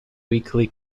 weekly